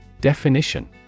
Definition